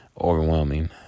overwhelming